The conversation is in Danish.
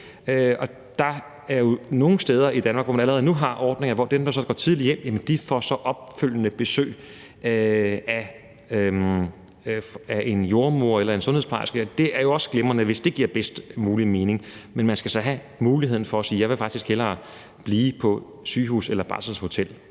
er jo nogle steder i Danmark, hvor man allerede nu har ordninger, hvor dem, der så skal tidligt hjem, så får opfølgende besøg af en jordemoder eller en sundhedsplejerske. Det er jo også glimrende, hvis det giver bedst mulig mening, men man skal så have mulighed for at sige: Jeg vil faktisk hellere blive på sygehus eller barselshotel.